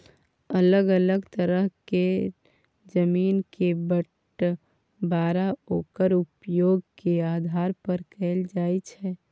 अलग अलग तरह केर जमीन के बंटबांरा ओक्कर उपयोग के आधार पर कएल जाइ छै